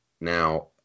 Now